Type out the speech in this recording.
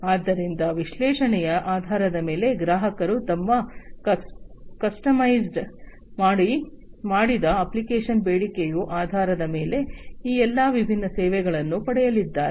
ಆದ್ದರಿಂದ ವಿಶ್ಲೇಷಣೆಯ ಆಧಾರದ ಮೇಲೆ ಗ್ರಾಹಕರು ತಮ್ಮ ಕಸ್ಟಮೈಸ್ ಮಾಡಿದ ಅಪ್ಲಿಕೇಶನ್ ಬೇಡಿಕೆಯ ಆಧಾರದ ಮೇಲೆ ಈ ಎಲ್ಲಾ ವಿಭಿನ್ನ ಸೇವೆಗಳನ್ನು ಪಡೆಯಲಿದ್ದಾರೆ